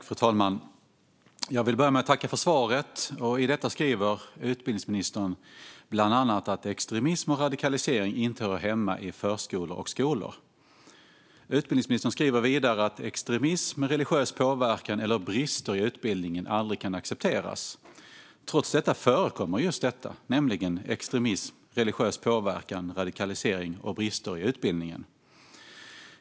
Fru talman! Jag vill börja med att tacka för svaret. I det säger utbildningsministern bland annat att extremism och radikalisering inte hör hemma i förskolor eller skolor. Utbildningsministern säger vidare att extremism, religiös påverkan eller brister i utbildningen aldrig kan accepteras. Trots detta förekommer just extremism, religiös påverkan, radikalisering och brister i utbildningen.